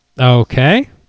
Okay